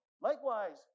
Likewise